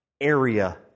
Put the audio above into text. area